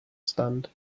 stand